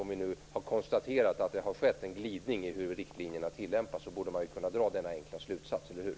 När vi nu har konstaterat att det har skett en glidning i hur riktlinjerna tillämpas, borde man kunna dra denna enkla slutsats, eller hur?